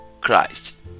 christ